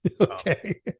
Okay